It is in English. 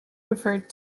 referred